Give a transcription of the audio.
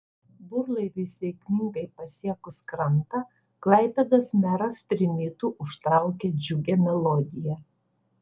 burlaiviui sėkmingai pasiekus krantą klaipėdos meras trimitu užtraukė džiugią melodiją